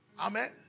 Amen